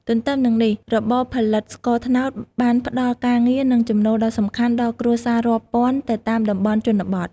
ទទ្ទឹមនឹងនេះ របរផលិតស្ករត្នោតបានផ្ដល់ការងារ និងចំណូលដ៏សំខាន់ដល់គ្រួសាររាប់ពាន់នៅតាមតំបន់ជនបទ។